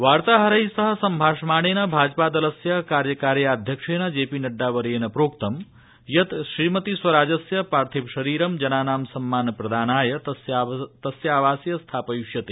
वार्ताहैरैः सह सम्भाषमाणेन भाजपा दलस्य कार्यकार्याध्यक्षेण जे पी नड्डा वर्येण प्रोक्त यत् श्रीमतीस्वराजस्य पार्थिवशरीर जनाना सम्मान प्रदानाय तस्याः आवासे स्थापयिष्यते